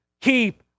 Keep